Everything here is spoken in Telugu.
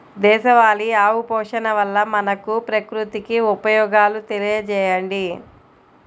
దేశవాళీ ఆవు పోషణ వల్ల మనకు, ప్రకృతికి ఉపయోగాలు తెలియచేయండి?